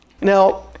now